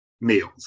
meals